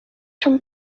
from